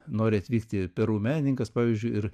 nori atvykti peru menininkas pavyzdžiui ir